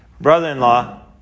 Brother-in-law